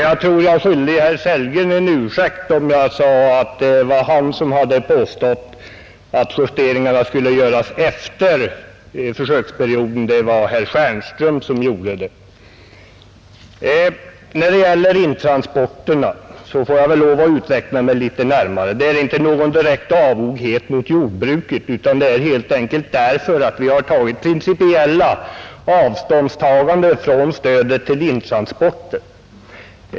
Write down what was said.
Jag tror att jag är skyldig herr Sellgren en ursäkt, om jag sade att det var han som hade påstått att justeringarna skulle göras efter försöksperioden. Det var herr Stjernström som gjorde det. När det gäller intransporterna får jag väl lov att utveckla mig litet närmare. Grunden för vårt ställningstagande är inte någon direkt avoghet mot jordbruket utan helt enkelt att vi har tagit principiellt avstånd från stöd till intransporter.